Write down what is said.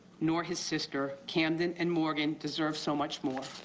nor his sister, camden and morgan deserve so much more.